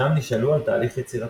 שם נשאלו על תהליך יצירתו.